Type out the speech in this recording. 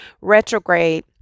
retrograde